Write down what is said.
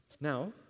Now